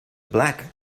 black